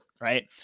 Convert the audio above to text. right